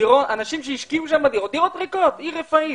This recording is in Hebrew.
אנשים שהשקיעו, דירות ריקות, עיר רפאים.